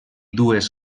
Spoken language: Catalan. dues